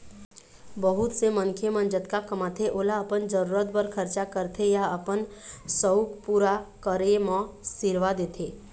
बहुत से मनखे मन जतका कमाथे ओला अपन जरूरत बर खरचा करथे या अपन सउख पूरा करे म सिरवा देथे